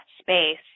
space